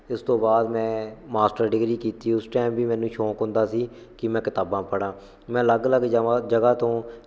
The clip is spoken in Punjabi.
ਇਸ ਤੋਂ ਬਾਅਦ ਮੈਂ ਮਾਸਟਰ ਡਿਗਰੀ ਕੀਤੀ ਉਸ ਟਾਇਮ ਵੀ ਮੈਨੂੰ ਸ਼ੌਂਕ ਹੁੰਦਾ ਸੀ ਕਿ ਮੈਂ ਕਿਤਾਬਾਂ ਪੜ੍ਹਾਂ ਮੈਂ ਅਲੱਗ ਅਲੱਗ ਜਾਵਾਂ ਜਗ੍ਹਾ ਤੋਂ